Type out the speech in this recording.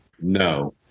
No